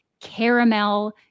caramel